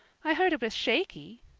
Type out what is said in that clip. i heard it was shaky,